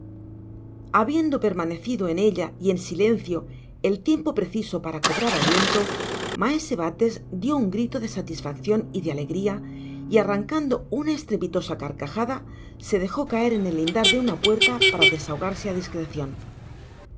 habiendo permanecido en ella y en silencio el tiempo preciso para cobrar aliento maese bates dio un grito de satisfaccion y de alegria y arrancando una estrepitosa carcajada se dejo caer on el lindar de una puerta para desahogarse discrecion